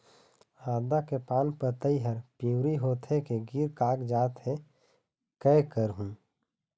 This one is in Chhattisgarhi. आदा के पान पतई हर पिवरी होथे के गिर कागजात हे, कै करहूं?